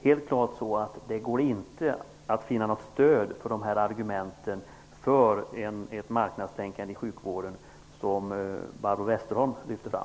Helt klart går det inte att finna stöd för de argument för ett marknadstänkande i sjukvården som Barbro Westerholm lyfter fram.